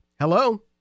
Hello